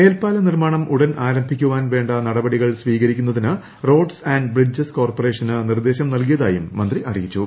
മേൽപ്പാല നിർമ്മാണം ഉടൻ ആരംഭിക്കുവാൻ നടപടികൾ വേണ്ട സ്വീകരിക്കുന്നതിന് റോഡ്സ് ആൻഡ് ബ്രിഡ്ജസ് കോർപ്പറേഷന് നിർദ്ദേശം നൽകിയതായും മന്ത്രി അറിയിച്ചു